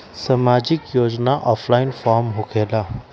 समाजिक योजना offline form होकेला?